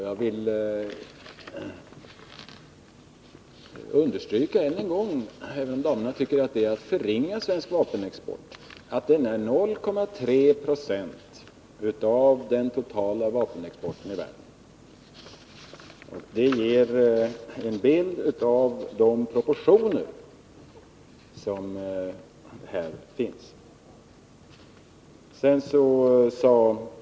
Jag vill än en gång understryka, även om damerna tycker att det är att förringa svensk vapenexport, att denna är 0,3 96 av den totala vapenexporten i världen. Det visar proportionen av den verksamhet det gäller.